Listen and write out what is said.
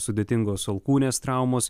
sudėtingos alkūnės traumos